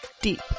deep